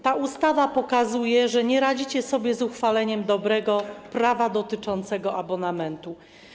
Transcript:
Ta ustawa pokazuje, że nie radzicie sobie z uchwalaniem dobrego prawa dotyczącego abonamentu.